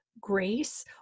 grace